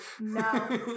no